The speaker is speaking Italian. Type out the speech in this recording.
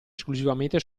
esclusivamente